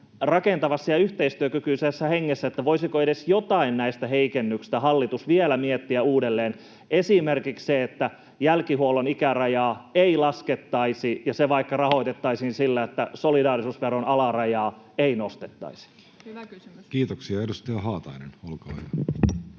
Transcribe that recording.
rakentavassa ja yhteistyökykyisessä hengessä, voisiko edes jotakin näistä heikennyksistä hallitus vielä miettiä uudelleen, esimerkiksi sitä, että jälkihuollon ikärajaa ei laskettaisi ja se rahoitettaisiin vaikka sillä, että solidaarisuusveron alarajaa ei nostettaisi. [Tytti Tuppurainen: Siinä